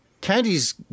Candy's